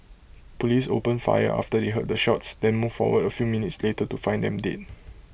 Police opened fire after they heard the shots then moved forward A few minutes later to find them dead